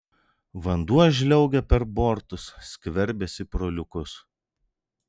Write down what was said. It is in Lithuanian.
vanduo žliaugia per bortus skverbiasi pro liukus